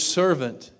servant